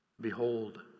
Behold